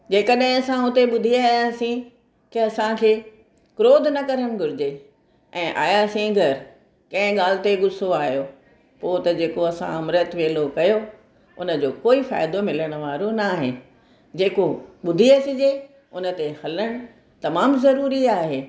जेकॾहिं असां हुते ॿुधी आयासीं त असांखे क्रोध न करणु घुर्जे ऐं आयां सिंह कंहिं ॻाल्हि ते गुसो आयो पोइ त जेको असां अमृत वेलो कयो उनजो कोई फ़ाइदो मिलण वारो ना आहे जेको ॿुधी अचिजे हुन ते हलणु तमामु ज़रूरी आहे